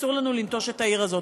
אסור לנו לנטוש את העיר הזאת.